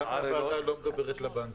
למה הוועדה לא מדברת לבנקים,